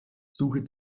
suche